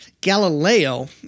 Galileo